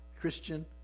Christian